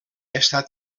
estat